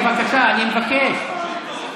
בבקשה, אני מבקש.